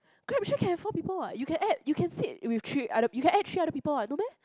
Grab share can four people what you can add you can sit with three other you can add three other people what no meh